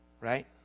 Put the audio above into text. Right